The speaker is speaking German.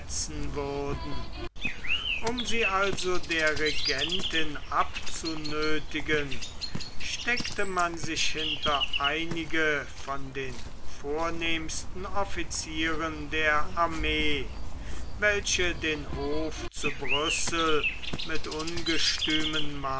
würden um sie also der regentin abzunöthigen steckt man sich hinter einige von den vornehmsten officieren der armee welche den hof zu brüssel mit ungestümen